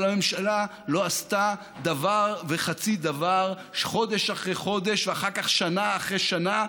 אבל הממשלה לא עשתה דבר וחצי דבר חודש אחרי חודש ואחר כך שנה אחרי שנה,